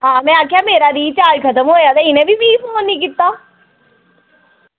ते में आक्खेआ मेरा रीचार्ज़ खत्म होआ ते मिगी इ'नें बी निं फोन कीता